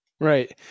Right